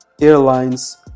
airlines